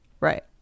Right